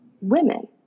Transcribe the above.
women